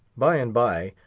by-and-by,